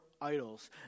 Idols